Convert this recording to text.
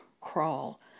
crawl